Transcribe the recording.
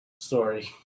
Story